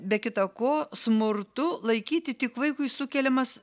be kita ko smurtu laikyti tik vaikui sukeliamas